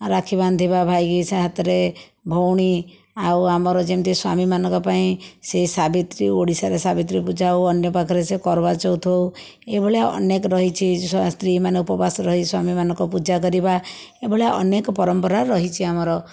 ରାକ୍ଷୀ ବାନ୍ଧିବା ଭାଇକି ସେ ହାତରେ ଭଉଣୀ ଆଉ ଆମର ଯେମିତି ସ୍ଵାମୀମାନଙ୍କ ପାଇଁ ସେହି ସାବିତ୍ରୀ ଓଡ଼ିଶାରେ ସାବିତ୍ରୀ ପୂଜା ହେଉ ଅନ୍ୟ ପାଖରେ ସେ କରବାଚଉଥ ହେଉ ଏହି ଭଳିଆ ଅନେକ ରହିଛି ସ୍ତ୍ରୀମାନେ ଉପବାସ ରହି ସ୍ଵାମୀମାନଙ୍କ ପୂଜା କରିବା ଏହି ଭଳିଆ ଅନେକ ପରମ୍ପରା ରହିଛି ଆମର